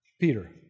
Peter